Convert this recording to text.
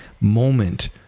moment